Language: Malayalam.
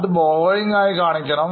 അത് borrowing ആയി കാണിക്കണം